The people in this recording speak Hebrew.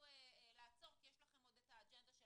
אנחנו